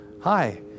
Hi